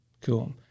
Cool